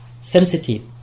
Sensitive